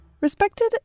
Respected